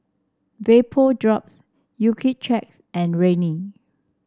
Vapodrops Accuchecks and Rene